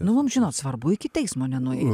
nu mums žinot svarbu iki teismo nenuei